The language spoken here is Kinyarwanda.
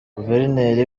guverineri